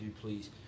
please